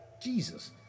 Jesus